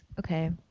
okay.